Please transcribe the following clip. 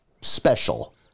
special